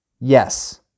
Yes